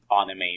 anime